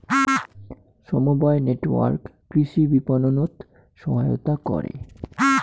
সমবায় নেটওয়ার্ক কৃষি বিপণনত সহায়তা করে